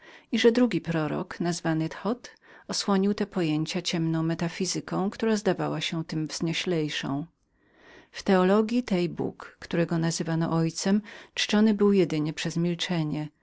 i że drugi prorok nazwany thot osłonił te pojęcia ciemną metafizyką która zdawała się tem wznioślejszą w teologji tej bóg którego nazywano ojcem czczony był jedynie przez milczenie